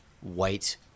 white